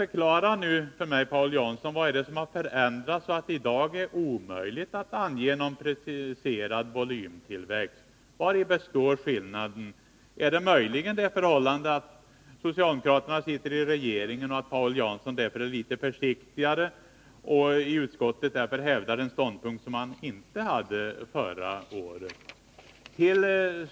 Förklara nu för mig vad det är som har förändrats, så att det i dag är omöjligt att ange någon preciserad volymtillväxt! Vari består skillnaden? Är det möjligen det förhållandet att socialdemokraterna sitter i regeringsställning och att Paul Jansson därför är litet försiktigare och i utskottet hävdar en ståndpunkt som han inte hade förra våren?